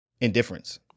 Indifference